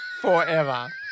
forever